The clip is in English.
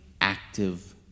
active